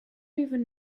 even